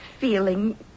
feeling